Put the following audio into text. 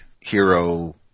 hero